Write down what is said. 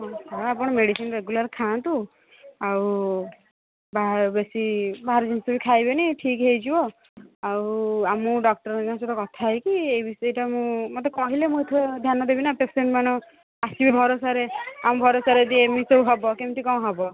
ହଁ ହଁ ଆପଣ ମେଡିସିନ୍ ରେଗୁଲାର୍ ଖାଆନ୍ତୁ ଆଉ ବା ବେଶୀ ବାହାର ଜିନିଷ ବି ଖାଇବେନି ଠିକ ହୋଇଯିବ ଆଉ ଆଉ ମୁଁ ଡକ୍ଟର୍ମାନଙ୍କ ସହିତ କଥା ହୋଇକି ଏଇ ବି ଏଇଟା ମୁଁ ମୋତେ କହିଲେ ମୁଁ ଠୁ ଧ୍ୟାନ ଦେବି ନା ପେସେଣ୍ଟମାନେ ଆସିବେ ଭରସାରେ ଆମ ଭରସାରେ ଯଦି ଏମିତି ସବୁ ହେବ କେମିତି କ'ଣ ହେବ